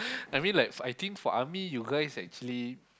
I mean like for I think for army you guys actually